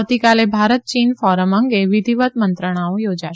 આવતીકાલે ભારત ચીન ફોરમ અંગે વિધિવત મંત્રણાઓ યોજાશે